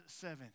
seven